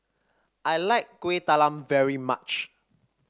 I like Kuih Talam very much